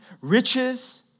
riches